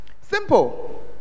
Simple